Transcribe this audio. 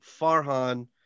Farhan